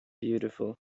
beautiful